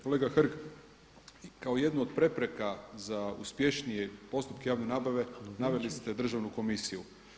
Kolega Hrg, kao jednu od prepreka za uspješnije postupke javne nabave naveli ste Državnu komisiju.